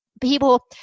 people